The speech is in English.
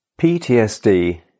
PTSD